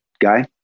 guy